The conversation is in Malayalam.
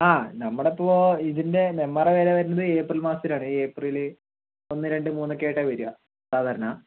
ആ നമ്മളിപ്പോൾ ഇതിൻ്റെ നെമ്മാറ വേല വരുന്നത് ഏപ്രിൽ മാസത്തിലാണ് ഏപ്രില് ഒന്ന് രണ്ട് മൂന്ന് ഒക്കെ ആയിട്ടാണ് വരിക സാധാരണ